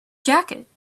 jacket